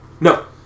No